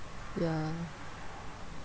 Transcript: ya